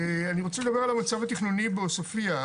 אני רוצה לדבר על המצב התכנוני בעוספיה.